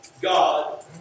God